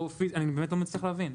אני באמת לא מצליח להבין.